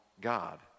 God